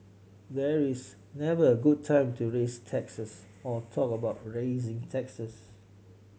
there is never a good time to raise taxes or talk about raising taxes